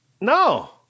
No